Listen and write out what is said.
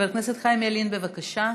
חבר הכנסת חיים ילין, בבקשה.